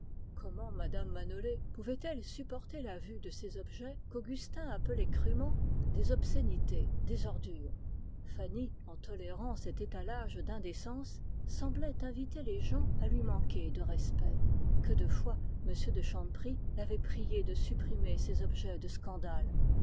rodin comment fanny pouvait-elle supporter la vue de ces objets qu'augustin appelait crûment des obscénités des ordures en tolérant cet étalage d'indécences elle invitait les gens à lui manquer de respect que de fois augustin l'avait priée de supprimer ces sujets de scandale